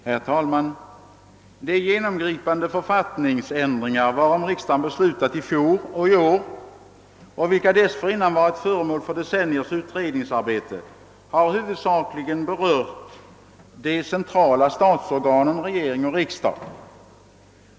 Herr talman! De genomgripande författningsändringar som riksdagen i fjol och i år fattat beslut om efter decenniers utredningsarbete har huvudsakligen berört de centrala statsorganen, regering och riksdag.